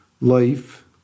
life